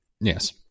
Yes